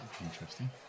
interesting